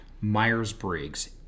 Myers-Briggs